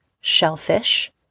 shellfish